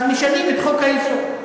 אז משנים את חוק-היסוד.